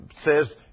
says